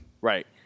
Right